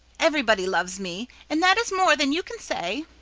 everybody loves me and that is more than you can say.